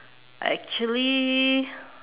actually